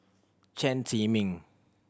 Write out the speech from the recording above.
Chen Zhiming